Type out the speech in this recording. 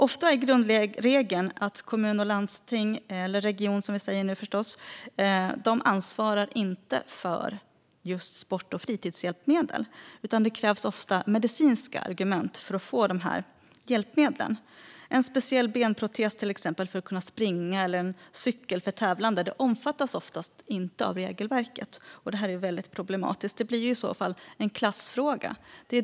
Ofta är grundregeln att kommun och landsting, eller region som vi säger nu, inte ansvarar för sport och fritidshjälpmedel. Det krävs oftast medicinska argument för att få sådana hjälpmedel. En speciell benprotes för att kunna springa eller en cykel för tävlande omfattas till exempel inte av regelverket, och det är problematiskt. Det blir en klassfråga.